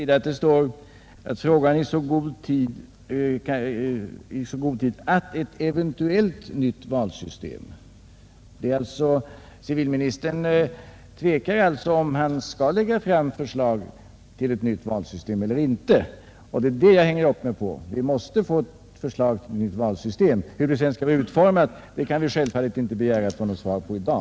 Herr talman! Jag fäste mig vid att det står ”i så god tid att ett eventuellt nytt valsystem”. Civilministern tvekar eller inte. Det är detta som jag hänger upp mig på. Vi måste få ett förslag till nytt rättvist valsystem. Hur det sedan skall utformas, kan vi självfallet inte begära att få något svar på i dag.